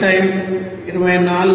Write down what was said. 48